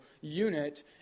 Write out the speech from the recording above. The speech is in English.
unit